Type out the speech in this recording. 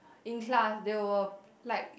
in class there were like